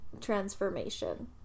transformation